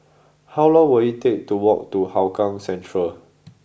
how long will it take to walk to Hougang Central